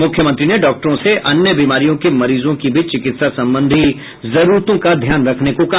मुख्यमंत्री ने डॉक्टरों से अन्य बीमारियों के मरीजों की भी चिकित्सा संबंधी जरूरतों का ध्यान रखने को कहा